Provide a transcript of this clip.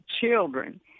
children